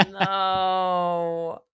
No